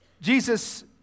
Jesus